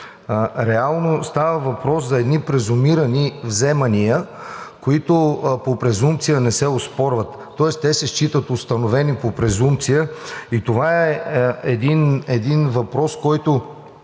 реално става въпрос за едни презумирани вземания, които по презумпция не се оспорват. Тоест те се считат установени по презумпция и това е въпрос, с който